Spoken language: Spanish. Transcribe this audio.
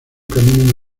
camino